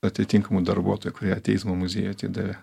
atitinkamų darbuotojų kurie teismo muziejui atidavė